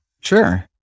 Sure